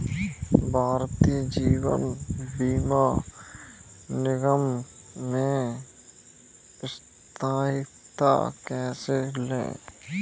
भारतीय जीवन बीमा निगम में सदस्यता कैसे लें?